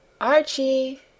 Archie